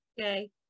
okay